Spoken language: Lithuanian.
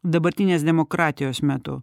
dabartinės demokratijos metu